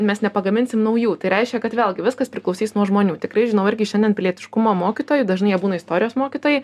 mes nepagaminsim naujų tai reiškia kad vėlgi viskas priklausys nuo žmonių tikrai žinau irgi šiandien pilietiškumo mokytojai dažnai jie būna istorijos mokytojai